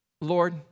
Lord